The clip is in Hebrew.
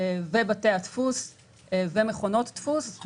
בתי הדפוס ומכונות הדפוס,